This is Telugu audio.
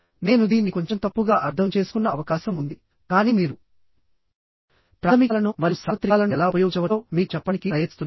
నేను దీన్ని కొంచెం తప్పుగా అర్థం చేసుకున్న అవకాశం ఉంది కానీ మీరు ప్రాథమికాలను మరియు సార్వత్రికాలను ఎలా ఉపయోగించవచ్చో మీకు చెప్పడానికి ప్రయత్నిస్తున్నాను